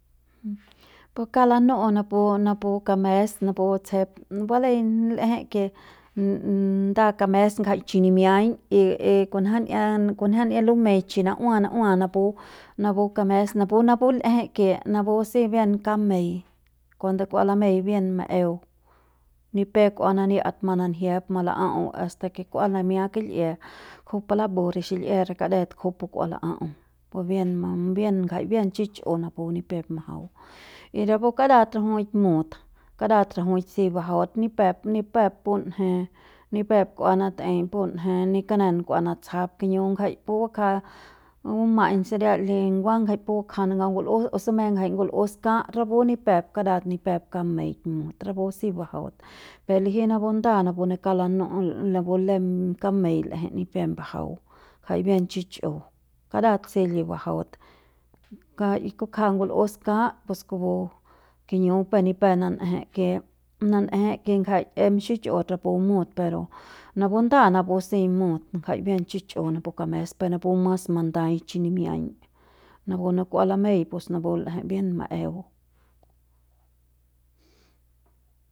Pus kauk lanu'u napu napu kames napu tsjep balei l'ejei ke nda kames ngjai chi nimiaiñ y y kumja'ia kumja'ia lumei chi na'ua na'ua napu, napu kames napu napu l'eje ke napu si bien kamei cuando kua lamei bien maeu ni pep kua manania'at mananjiep mala'au hasta ke kua nimia kil'ie kujupu lambu re xil'ie re kadet kujupu kua la'a'au por ke bien bien bien chich'u napu ni pep majau y rapu karat rajuik mut karat rajuik si bajaut ni pep ni pep punje ni pep kua natei punje ni kanen kua natsjap kiñu ngjai pu bakja buma'aiñ saria linguang ngjai pu bakja nangau ngul'us seme ngjai ngul'us kaat rapu ni pep ni pep kameik mut rapu si bajaut per liji napu nda napu ne kauk lanu'u napu lem kamei l'ejei ni pep mbajau jai bien chich'u kara si li bajaut ngjai pu bakja ngul'us kaat pus kupu kiñu per ni pep nan'eje ke nan'eje ke ngjai em xichut rapu mut pero napu nda napu si mut ngjai bien chich'u napu kames per napu mas mandai y chi nimiaiñ napu ne kua lamei pus napu l'ejei bien maeu.